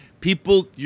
People